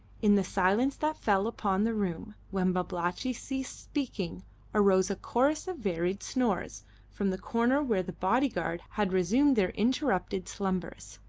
in the silence that fell upon the room when babalatchi ceased speaking arose a chorus of varied snores from the corner where the body-guard had resumed their interrupted slumbers,